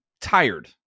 tired